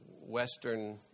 western